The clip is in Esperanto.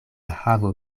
havo